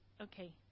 okay